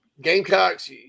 Gamecocks